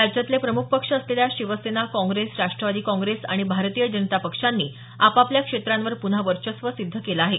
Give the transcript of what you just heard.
राज्यातले प्रमुख पक्ष असलेल्या शिवसेना काँग्रेस राष्टवादी काँग्रेस आणि भारतीय जनता पक्षांनी आपापल्या क्षेत्रांवर पुन्हा वर्चस्व सिद्ध केलं आहे